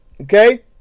Okay